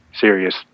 serious